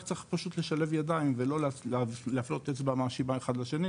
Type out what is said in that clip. רק צריך פשוט לשלב ידיים ולא להפנות אצבע מאשימה אחד לשני,